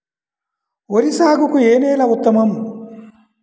వరి సాగుకు ఏ నేల ఉత్తమం?